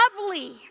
lovely